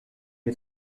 est